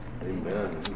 Amen